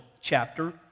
chapter